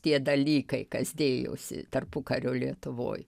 tie dalykai kas dėjosi tarpukario lietuvoj